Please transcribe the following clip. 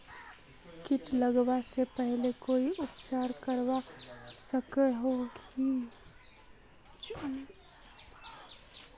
किट लगवा से पहले कोई उपचार करवा सकोहो ही?